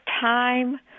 time